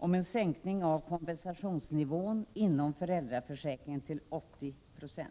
Herr talman! I detta betänkande rörande bidrag till föräldraförsäkringen återfinns sedvanliga